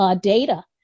data